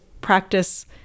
practice